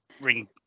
ring